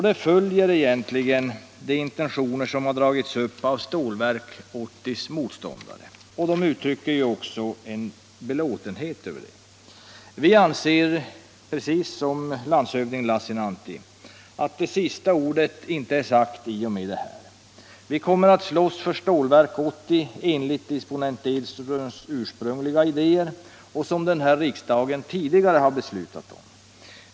Den följer egentligen de intentioner som dragits upp av Stålverk 80:s motståndare, och de uttrycker också belåtenhet över det. Vi anser, precis som landshövding Lassinantti, att det sista ordet inte är sagt i och med det här. Vi kommer att slåss för Stålverk 80 enligt disponent Edströms ursprungliga idéer, som riksdagen tidigare har beslutat om.